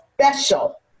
special